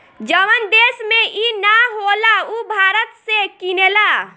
जवन देश में ई ना होला उ भारत से किनेला